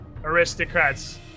aristocrats